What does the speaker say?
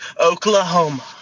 Oklahoma